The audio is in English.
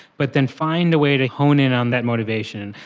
but then find a way to hone in on that motivation.